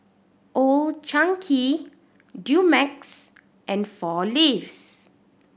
Old Chang Kee Dumex and Four Leaves